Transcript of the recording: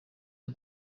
you